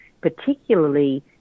particularly